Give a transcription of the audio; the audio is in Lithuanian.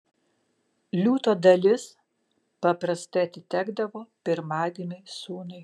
liūto dalis paprastai atitekdavo pirmagimiui sūnui